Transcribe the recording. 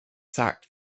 sacked